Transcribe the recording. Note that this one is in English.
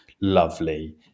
lovely